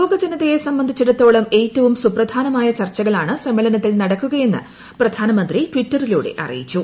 ലോകജനതയെ സംബന്ധിച്ചിടത്തോളം ഏറ്റവും സുപ്രധാനമായ ചർച്ചകളാണ് സമ്മേളനത്തിൽ നടക്കുകയെന്ന് പ്രധാനമന്ത്രി ടിറ്ററിലൂടെ അറിയിച്ചു